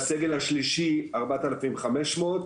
והסגל השלישי 4500,